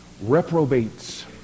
reprobates